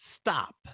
stop